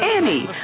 Annie